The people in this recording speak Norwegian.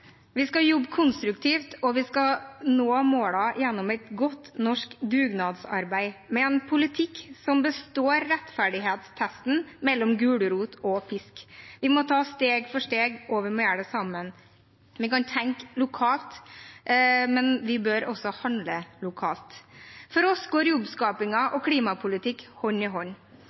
Vi skal jobbe konstruktivt, og vi skal nå målene gjennom et godt norsk dugnadsarbeid, med en politikk som består rettferdighetstesten mellom gulrot og pisk. Vi må ta steg for steg, og vi må gjøre det sammen. Vi kan tenke lokalt, men vi bør også handle lokalt. For oss går jobbskaping og klimapolitikk hånd i hånd.